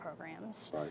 programs